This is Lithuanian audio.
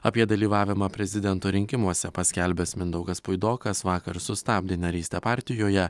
apie dalyvavimą prezidento rinkimuose paskelbęs mindaugas puidokas vakar sustabdė narystę partijoje